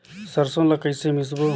सरसो ला कइसे मिसबो?